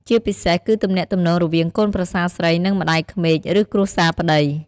ជាពិសេសគឺទំនាក់ទំនងរវាងកូនប្រសារស្រី និងម្តាយក្មេក ឬគ្រួសារប្តី។